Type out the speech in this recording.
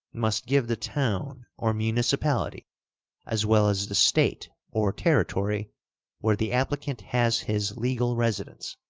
must give the town or municipality as well as the state or territory where the applicant has his legal residence,